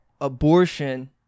abortion